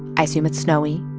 i assume it's snowy.